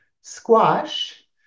squash